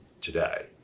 today